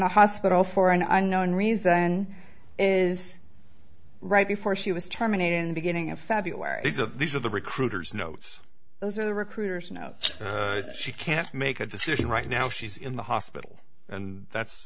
the hospital for an unknown reason is right before she was terminated in beginning of february so these are the recruiters notes those are the recruiters you know she can't make a decision right now she's in the hospital and that's